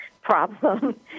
problem